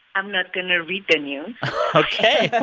i'm not going to read the news ok